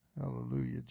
Hallelujah